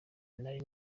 nari